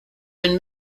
been